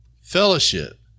fellowship